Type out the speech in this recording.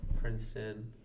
Princeton